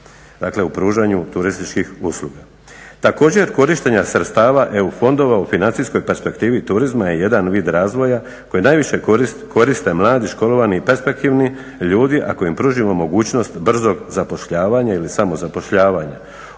Dakle u pružanju turistički usluga. Također korištenja sredstava EU fondova u financijskoj perspektivi turizma je jedan vid razvoja koji najviše koriste mladi, školovani i perspektivni ljudi ako im pružimo mogućnost brzog zapošljavanja ili samozapošljavanja.